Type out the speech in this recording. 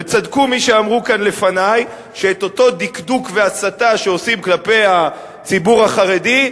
וצדקו מי שאמרו כאן שאותו דקדוק והסתה שעושים כלפי הציבור החרדי,